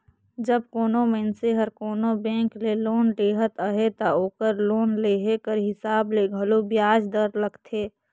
जब कोनो मइनसे हर कोनो बेंक ले लोन लेहत अहे ता ओकर लोन लेहे कर हिसाब ले घलो बियाज दर लगथे